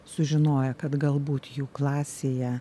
sužinoję kad galbūt jų klasėje